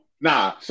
Nah